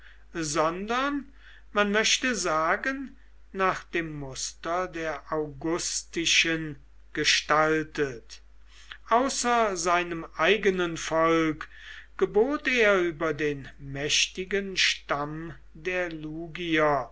sondern man möchte sagen nach dem muster der augustischen gestaltet außer seinem eigenen volk gebot er über den mächtigen stamm der